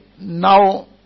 now